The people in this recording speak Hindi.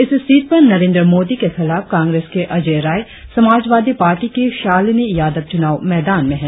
इस सीट पर नरेंद्र मोदी के खिलाफ कांग्रेस के अजय राय समाजवादी पार्टी की शालिनी यादव चुनाव मैदान में है